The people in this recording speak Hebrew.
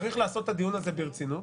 צריך לעשות את הדיון הזה ברצינות,